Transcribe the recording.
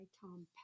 Tom